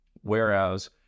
Whereas